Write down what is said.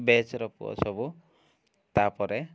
ବ୍ୟାଚ୍ର ପୁଅ ସବୁ ତା'ପରେ